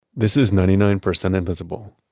this is ninety nine percent invisible.